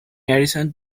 addition